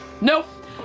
Nope